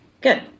Good